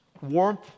warmth